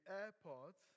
airport